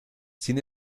sin